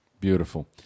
Beautiful